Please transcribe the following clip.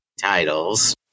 titles